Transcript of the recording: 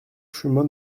chemin